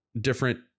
different